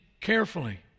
carefully